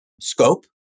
scope